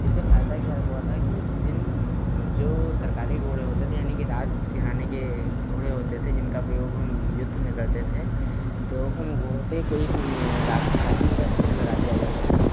इससे फ़ायदा क्या हुआ था कि जिन जो सरकारी घोड़े होते थे यानी राज घराने के घोड़े होते थे जिनका प्रयोग हम युद्ध में करते थे तो उन घोड़ों पर कोई एक राजशाही का चिह्न लगा दिया जाता था